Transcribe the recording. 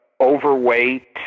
overweight